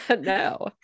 No